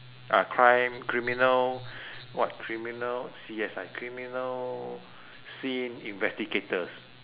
ah crime criminal what criminal C_S_I criminal scene investigators